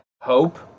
hope